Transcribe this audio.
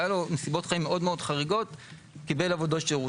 היו לו נסיבות חיים חריגות מאוד והוא קיבל עבודות שירות.